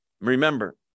Remember